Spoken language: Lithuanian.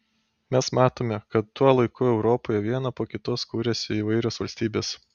mes matome kad tuo laiku europoje viena po kitos kuriasi įvairios valstybės